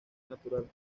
natural